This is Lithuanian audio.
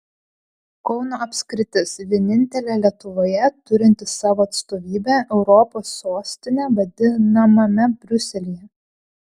kauno apskritis vienintelė lietuvoje turinti savo atstovybę europos sostine vadinamame briuselyje